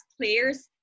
players